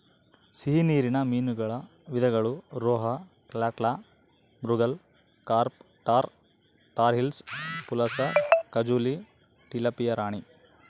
ಸಿಹಿ ನೀರಿನ ಮೀನುಗಳ ವಿಧಗಳು rohu, catla, mrigal, carp tor, tor hilsa, pulasa, ಕಾಜುಲಿ, ಟಿಲಾಪಿಯಾ ರಾಣಿ